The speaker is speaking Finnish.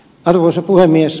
arvoisa puhemies